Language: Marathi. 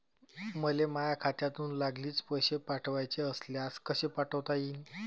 मले माह्या खात्यातून लागलीच पैसे पाठवाचे असल्यास कसे पाठोता यीन?